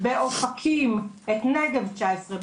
באופקים את נגב 19,